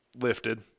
lifted